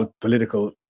political